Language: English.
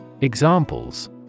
Examples